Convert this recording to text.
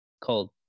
called